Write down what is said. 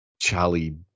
Charlie